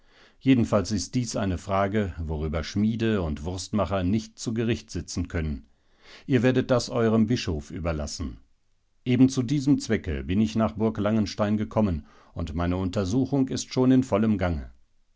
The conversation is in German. jedenfalls ist dies eine frage worüber schmiede und wurstmacher nicht zu gericht sitzen können ihr werdet das eurem bischof überlassen eben zu diesem zwecke bin ich nach burg langenstein gekommen und meine untersuchung ist schon in vollem gange